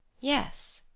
yes,